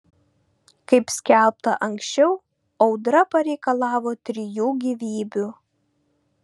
kaip skelbta anksčiau audra pareikalavo trijų gyvybių